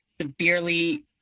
Severely